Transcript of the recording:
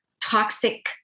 toxic